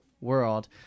world